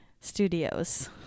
Studios